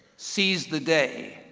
seize the day.